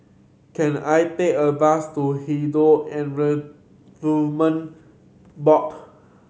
can I take a bus to Hindu Board